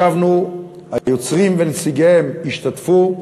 ישבנו, והיוצרים ונציגיהם השתתפו,